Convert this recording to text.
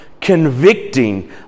convicting